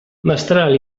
mestral